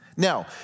Now